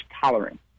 tolerant